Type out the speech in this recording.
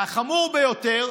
והחמור ביותר,